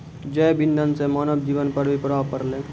जैव इंधन से मानव जीबन पर भी प्रभाव पड़लै